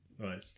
right